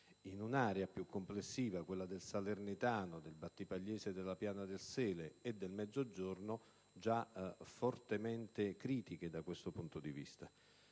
in un'area più complessiva, quella del salernitano, del battipagliese, della Piana del Sele e del Mezzogiorno, fortemente critica da questo punto di vista.